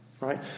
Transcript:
right